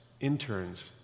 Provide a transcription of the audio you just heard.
interns